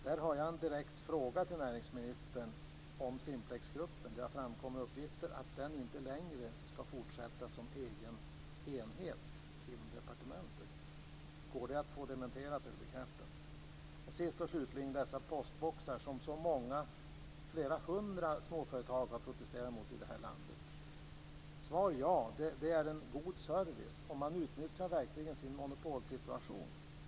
Jag har en direkt fråga till näringsministern om Simplexgruppen. Det har framkommit uppgifter om att gruppen inte längre ska fortsätta att vara en egen enhet inom departementet. Går det att få dessa uppgifter dementerade eller bekräftade? Sist och slutligen vill jag beröra den höjda avgiften på postboxarna, som flera hundra småföretag i det här landet har protesterat mot. Visst är postboxarna är en god service, men Posten utnyttjar verkligen sin monopolsituation.